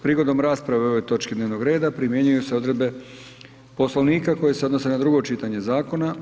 Prigodom rasprave o ovoj točki dnevnog reda primjenjuju se odredbe Poslovnika koje se odnose na drugo čitanje Zakona.